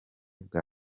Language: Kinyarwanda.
bwa